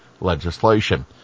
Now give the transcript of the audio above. legislation